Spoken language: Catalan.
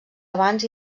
abans